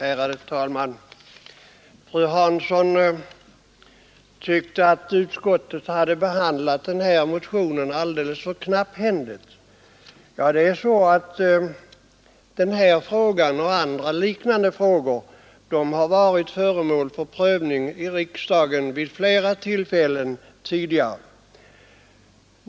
Fru talman! Fru Hansson tyckte att utskottet behandlat denna motion alldeles för knapphändigt. Denna fråga och andra liknande frågor har varit föremål för prövning i riksdagen vid flera tillfällen tidigare.